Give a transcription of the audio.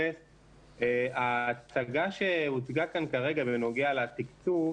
ההצגה שהוצגה כאן כרגע בנוגע לתקצוב,